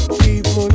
people